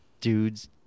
dudes